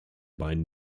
beiden